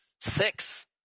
six